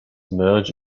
merge